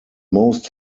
most